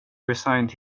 resigned